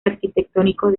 arquitectónicos